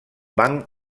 banc